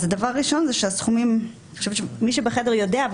מי שבחדר יודע,